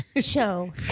show